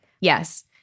Yes